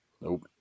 nope